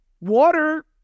Water